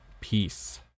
Peace